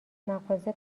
مغازه